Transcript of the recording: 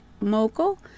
mogul